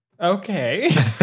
Okay